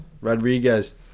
Rodriguez